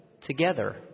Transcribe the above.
together